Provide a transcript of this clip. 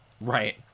Right